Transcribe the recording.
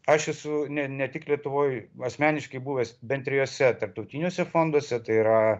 aš esu ne ne tik lietuvoj asmeniškai buvęs bent trijuose tarptautiniuose fonduose tai yra